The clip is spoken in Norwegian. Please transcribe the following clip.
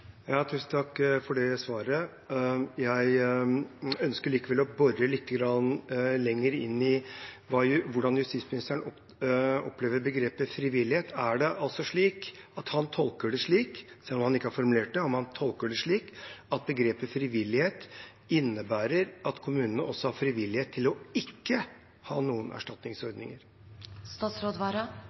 Tusen takk for svaret. Jeg ønsker likevel å bore litt lenger inn i hvordan justisministeren opplever begrepet «frivillighet». Er det slik – selv om han ikke har formulert det, om han tolker det slik – at begrepet «frivillighet» innebærer at kommunene også har frivillighet til ikke å ha noen